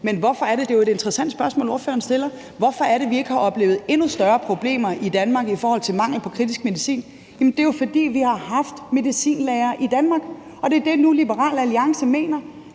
Men det er jo et interessant spørgsmål, ordføreren stiller, altså hvorfor vi ikke har oplevet endnu større problemer i Danmark i forhold til mangel på kritisk medicin. Jamen det er jo, fordi vi har haft medicinlagre i Danmark, og nu mener Liberal Alliance,